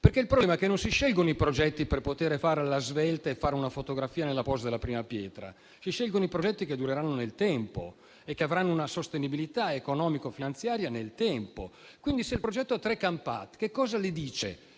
dubbio. Il problema è che non si scelgono i progetti per poter fare alla svelta e fare una fotografia alla posa della prima pietra. Si scelgono i progetti, invece, che dureranno nel tempo e che avranno una sostenibilità economico-finanziaria nel tempo. Quindi, se c'è il progetto a tre campate, cosa le dice